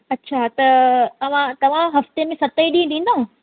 अच्छा त तव्हां तव्हां हफ़्ते में सत ई ॾींहं ॾींदव